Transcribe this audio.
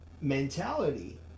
mentality